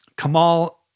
Kamal